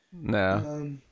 no